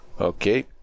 Okay